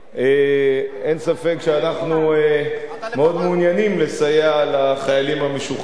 אין ספק שאנחנו מאוד מעוניינים לסייע לחיילים המשוחררים,